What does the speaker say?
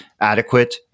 adequate